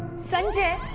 sanjay.